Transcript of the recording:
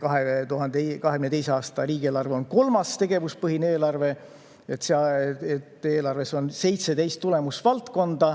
2022. aasta riigieelarve on kolmas tegevuspõhine eelarve. Eelarves on 17 tulemusvaldkonda